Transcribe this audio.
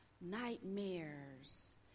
nightmares